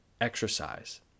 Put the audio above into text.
exercise